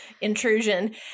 intrusion